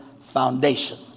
foundation